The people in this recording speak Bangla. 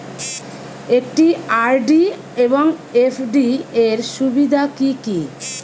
একটি আর.ডি এবং এফ.ডি এর সুবিধা কি কি?